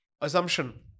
assumption